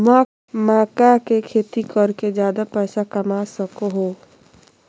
मक्का के खेती कर के ज्यादा पैसा कमा सको हो